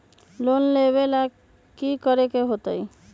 Loan लेवेला की करेके होतई?